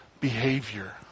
behavior